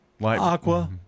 Aqua